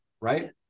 Right